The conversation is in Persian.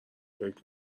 فکر